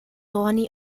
ronnie